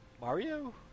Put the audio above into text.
Mario